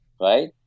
right